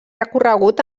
recorregut